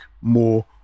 more